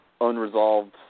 unresolved